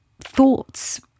thoughts